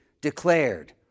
declared